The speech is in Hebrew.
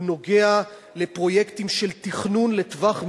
הוא נוגע לפרויקטים של תכנון לטווח ארוך: